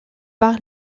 par